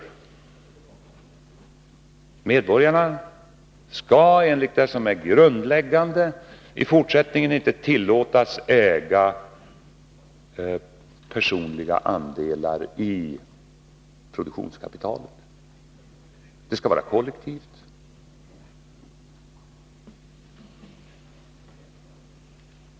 Grundläggande är att medborgarna i fortsättningen inte skall tillåtas äga personliga andelar i produktionskapitalet. Det skall vara kollektivt.